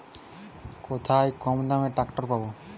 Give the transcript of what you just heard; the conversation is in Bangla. কোথায় কমদামে ট্রাকটার পাব?